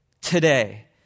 today